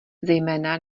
zejména